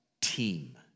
team